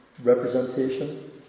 representation